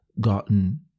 gotten